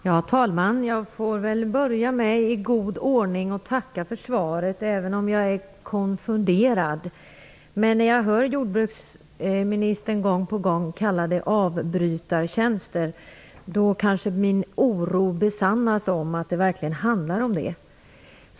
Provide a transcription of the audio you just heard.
Herr talman! Jag får väl börja med att i god ordning tacka för svaret, även om jag är konfunderad. Men när jag hör jordbruksministern gång på gång säga "avbrytartjänster", kanske min oro för att det verkligen handlar om det besannas.